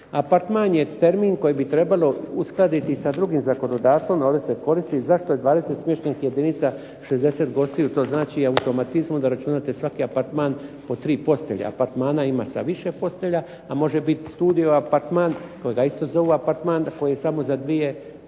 Apartman je termin koji bi trebalo uskladiti sa drugim zakonodavstvom, ovdje se koristi zašto je 20 smještajnih jedinica 60 gostiju. To znači automatizmom da računate svaki apartman po tri postelje. Apartmana ima sa više postelja, a može biti studio apartman kojega isto zovu apartman koji je samo za dvije osobe.